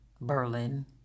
Berlin